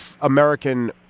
American